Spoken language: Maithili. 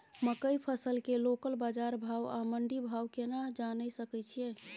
मकई फसल के लोकल बाजार भाव आ मंडी भाव केना जानय सकै छी?